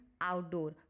outdoor